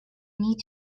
need